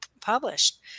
published